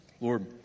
Lord